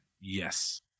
yes